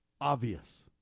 obvious